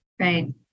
Right